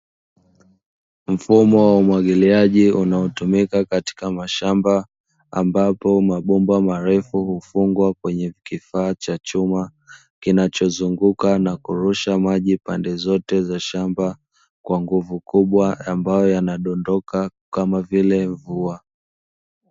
Mfumo wa umwagiliaji unaotumika katika mashamba, ambapo mabomba marefu hufungwa kwenye kifaa cha chuma kinachozunguka na kurusha maji pande zote za shamba kwa nguvu kubwa ambayo yanadondoka kama vile mvua.